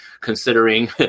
considering